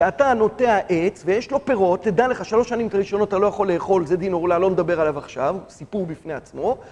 ואתה נוטע עץ, ויש לו פירות, תדע לך, שלוש שנים הראשונות אתה לא יכול לאכול, זה דין עורלה, לא נדבר עליו עכשיו, סיפור בפני עצמו.